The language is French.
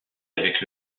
avec